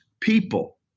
people